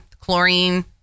chlorine